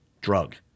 drug